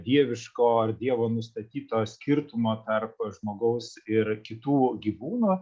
dieviško ar dievo nustatyto skirtumo tarp žmogaus ir kitų gyvūnų